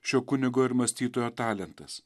šio kunigo ir mąstytojo talentas